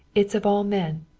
it is of all men,